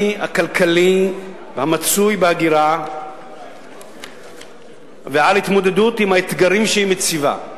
והכלכלי המצוי בהגירה ואת ההתמודדות עם האתגרים שהיא מציבה.